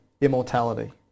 immortality